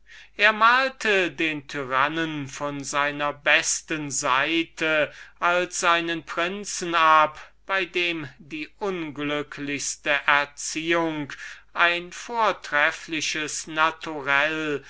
er malte den tyrannen von seiner besten seite als einen prinzen ab bei dem die unglücklichste erziehung ein vortreffliches naturell